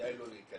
כדאי לו להיכנס.